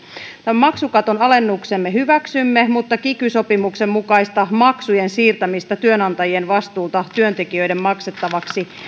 maksukaton alennuksen me hyväksymme mutta kiky sopimuksen mukaista maksujen siirtämistä työnantajien vastuulta työntekijöiden maksettavaksi